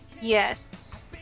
Yes